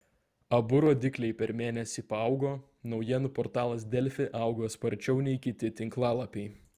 abu rodikliai per mėnesį paaugo naujienų portalas delfi augo sparčiau nei kiti tinklalapiai